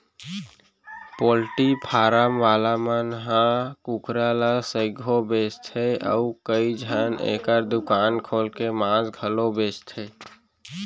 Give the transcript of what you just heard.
poultry farm वाला मन ह कुकरा ल सइघो बेचथें अउ कइझन एकर दुकान खोल के मांस घलौ बेचथें